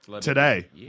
Today